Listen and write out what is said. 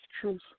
truth